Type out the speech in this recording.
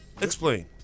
Explain